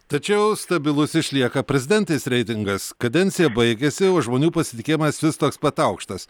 tačiau stabilus išlieka prezidentės reitingas kadencija baigiasi o žmonių pasitikėjimas vis toks pat aukštas